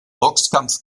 boxkampf